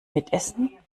mitessen